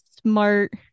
smart